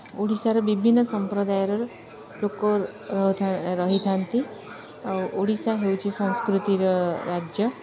ଓଡ଼ିଶାର ବିଭିନ୍ନ ସମ୍ପ୍ରଦାୟରର ଲୋକ ରହିଥାନ୍ତି ଆଉ ଓଡ଼ିଶା ହେଉଛି ସଂସ୍କୃତିର ରାଜ୍ୟ